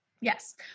Yes